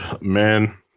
Man